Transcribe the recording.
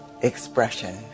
expression